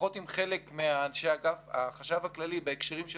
לפחות חלק מאנשי אגף החשב הכללי בהקשרים של